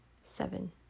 seven